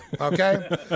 okay